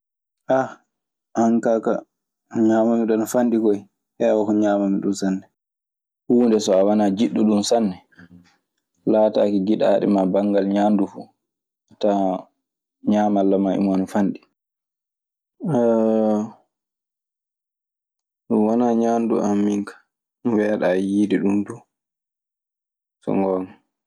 anda ka ko ŋiamam mi dun ana fandi, hewa ko ŋiamami dun sane. Huunde so a wanaa jiɗɗo ɗun sanne, laataaki giɗaaɗe maa banngal ñaandu fu. A tawan ñaamalla maa e mun ana fanɗi. ɗum wonaa ñaamdu am miin ka. Mi meeɗaa yiyde ɗum du, so goonga.